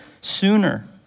sooner